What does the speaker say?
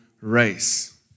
race